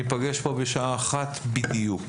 ניפגש פה בשעה 13:00 בדיוק.